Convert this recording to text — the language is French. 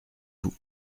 vous